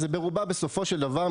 ברובה בסופו של דבר,